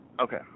Okay